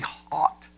hot